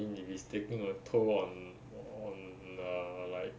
I mean if it's taking a toll on on err like